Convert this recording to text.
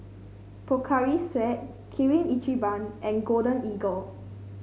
Pocari Sweat Kirin Ichiban and Golden Eagle